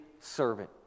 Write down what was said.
servant